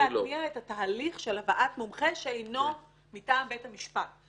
להתניע את התהליך של הבאת מומחה שאינו מטעם בית משפט.